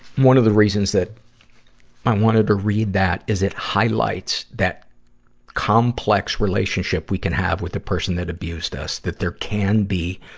one of the reasons that i wanted to read is it highlights that complex relationship we can have with a person that abused us, that there can be,